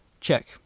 check